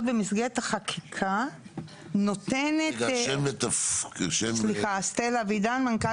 במסגרת החקיקה נותנת תוך חמש שנים מהקמת